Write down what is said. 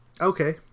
Okay